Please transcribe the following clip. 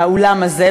באולם הזה,